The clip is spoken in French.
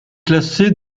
classé